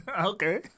Okay